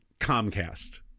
comcast